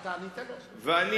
אתה ענית לו.